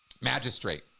magistrate